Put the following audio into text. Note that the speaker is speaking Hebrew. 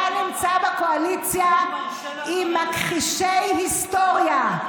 אתה נמצא בקואליציה עם מכחישי היסטוריה.